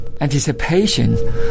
anticipation